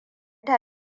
ta